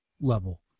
level